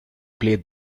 play